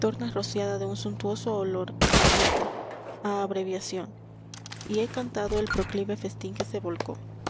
tornas rociada de un suntuoso olor a tiempo a abreviación y he cantado el proclive festín que se volcó